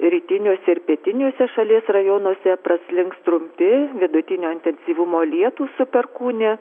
rytiniuose ir pietiniuose šalies rajonuose praslinks trumpi vidutinio intensyvumo lietūs su perkūnija